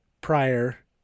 prior